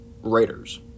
writers